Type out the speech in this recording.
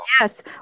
Yes